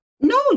No